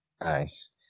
Nice